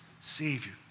Savior